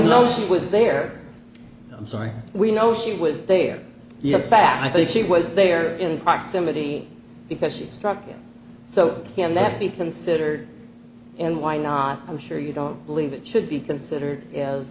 know she was there i'm sorry we know she was there yet sadly she was there in proximity because she struck him so can that be considered and why not i'm sure you don't believe it should be considered as